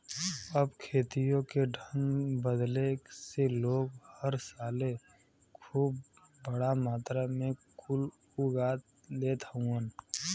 अब खेतियों के ढंग बदले से लोग हर साले खूब बड़ा मात्रा मे कुल उगा लेत हउवन